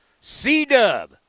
C-Dub